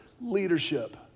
leadership